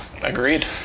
Agreed